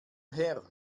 her